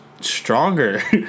stronger